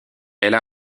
elle